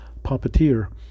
puppeteer